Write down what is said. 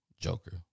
joker